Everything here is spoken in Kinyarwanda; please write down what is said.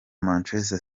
manchester